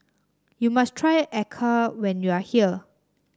you must try Acar when you are here